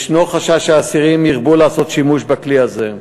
יש חשש שהאסירים ירבו לעשות שימוש בכלי זה.